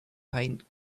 paint